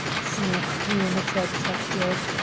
snapped the amateur detective.